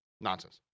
nonsense